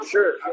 Sure